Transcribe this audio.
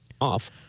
off